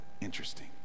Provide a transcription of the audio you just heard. interesting